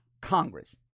Congress